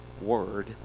word